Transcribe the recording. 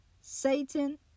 Satan